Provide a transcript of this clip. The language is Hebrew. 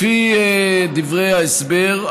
לפי דברי ההסבר,